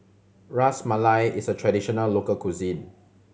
Ras Malai is a traditional local cuisine